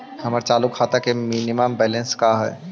हमर चालू खाता के मिनिमम बैलेंस का हई?